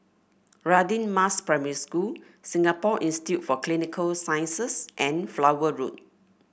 Radin Mas Primary School Singapore Institute for Clinical Sciences and Flower Road